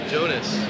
Jonas